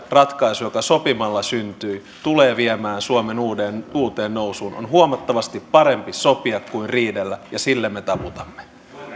ratkaisu joka sopimalla syntyi tulee viemään suomen uuteen uuteen nousuun on huomattavasti parempi sopia kuin riidellä ja sille me taputamme